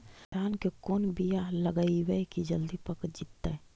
धान के कोन बियाह लगइबै की जल्दी पक जितै?